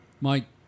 Mike